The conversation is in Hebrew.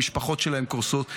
המשפחות שלהם קורסות.